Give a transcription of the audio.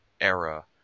era